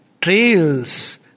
trails